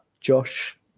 Josh